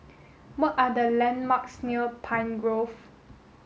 what are the landmarks near Pine Grove